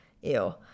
Ew